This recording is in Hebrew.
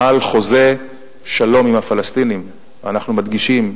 על חוזה שלום עם הפלסטינים, אנחנו מדגישים: